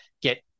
get